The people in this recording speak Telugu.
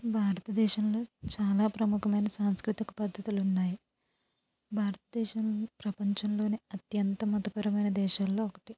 భారతదేశంలో చాలా ప్రముఖమైన సంస్కృతిక పద్ధతులున్నాయి భారతదేశం ప్రపంచంలోనే అత్యంత మతపరమైన దేశాల్లో ఒకటి